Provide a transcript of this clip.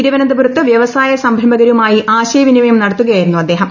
തിരുവനന്തപുരത്ത് വ്യവസായ സംരംഭകരുമായി ആശയവിനിമയം നടത്തുകയായിരുന്നു അദ്ദേഹം